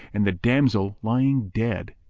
and the damsel lying dead.